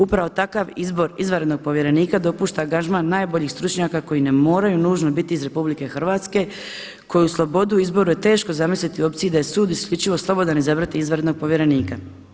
Upravo takav izbor izvanrednog povjerenika dopušta angažman najboljih stručnjaka koji ne moraju nužno biti iz RH, koji slobodu u izboru teško zamisliti u opciji da je sud isključivo slobodan izabrati izvanrednog povjerenika.